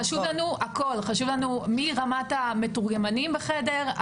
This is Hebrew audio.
חשוב לנו מרמת המתורגמנים בחדר,